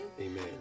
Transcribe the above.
amen